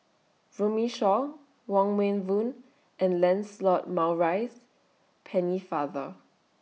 Runme Shaw Wong Meng Voon and Lancelot Maurice Pennefather